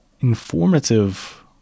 informative